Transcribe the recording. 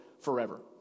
forever